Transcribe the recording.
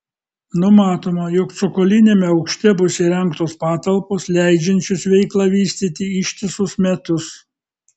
numatoma jog cokoliniame aukšte bus įrengtos patalpos leidžiančios veiklą vystyti ištisus metus